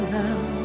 now